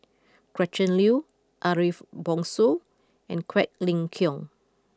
Gretchen Liu Ariff Bongso and Quek Ling Kiong